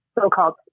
so-called